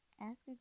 ask